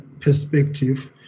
perspective